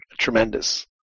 tremendous